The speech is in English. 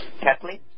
Kathleen